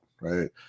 right